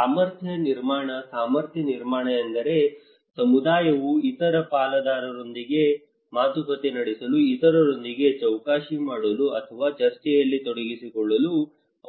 ಸಾಮರ್ಥ್ಯ ನಿರ್ಮಾಣ ಸಾಮರ್ಥ್ಯ ನಿರ್ಮಾಣ ಎಂದರೆ ಸಮುದಾಯವು ಇತರ ಪಾಲುದಾರರೊಂದಿಗೆ ಮಾತುಕತೆ ನಡೆಸಲು ಇತರರೊಂದಿಗೆ ಚೌಕಾಶಿ ಮಾಡಲು ಅಥವಾ ಚರ್ಚೆಯಲ್ಲಿ ತೊಡಗಿಸಿಕೊಳ್ಳಲು